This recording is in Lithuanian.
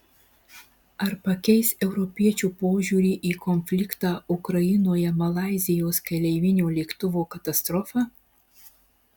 ar pakeis europiečių požiūrį į konfliktą ukrainoje malaizijos keleivinio lėktuvo katastrofa